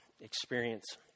experience